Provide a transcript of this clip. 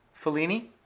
Fellini